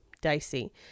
Dicey